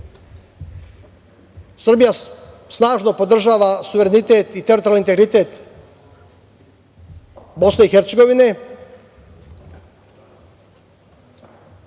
istini. Srbija snažno podržava suverenitet i teritorijalni integritet Bosne i Hercegovine